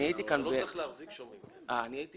הייתי